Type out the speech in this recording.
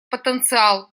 потенциал